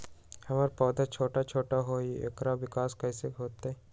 हमर पौधा छोटा छोटा होईया ओकर विकास कईसे होतई?